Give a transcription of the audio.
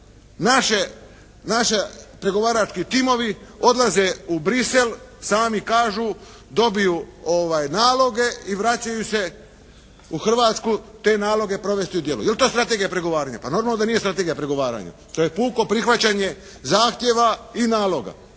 naši pregovarački timovi odlaze u Bruxelles. Sami kažu dobiju naloge i vraćaju se u Hrvatsku te naloge provesti u djelo. Jel' to strategija pregovaranja? Pa normalno da nije strategija pregovaranja. To je puko prihvaćanje zahtjeva i naloga.